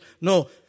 No